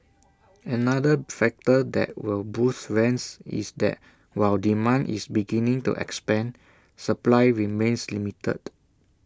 another factor that will boost rents is that while demand is beginning to expand supply remains limited